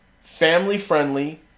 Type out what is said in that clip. family-friendly